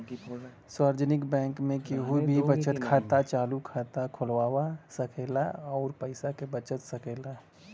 सार्वजनिक बैंक में केहू भी बचत खाता, चालु खाता खोलवा सकेला अउर पैसा बचा सकेला